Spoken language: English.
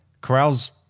corrals